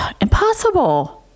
impossible